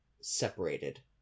separated